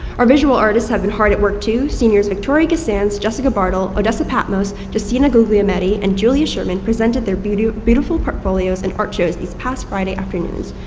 our visual artists have been hard at work too. seniors victoria sands, jessica bartle, odessa pattinoss justina guglielmetti and julia schurmann presented their beautiful beautiful portfolios in art shows these past friday afternoons.